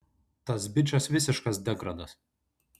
tas bičas visiškas degradas